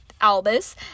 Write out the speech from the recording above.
Albus